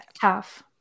Tough